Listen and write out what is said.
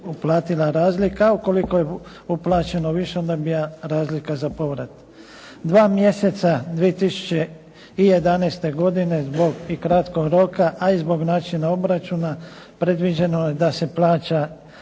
uplatila razlika, a ukoliko je uplaćeno više, onda bi bila razlika za povrat. Dva mjeseca 2011. godine zbog kratkog roka, a iz zbog načina obračuna, predviđeno je da se plaća